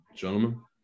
Gentlemen